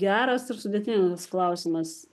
geras ir sudėtingas klausimas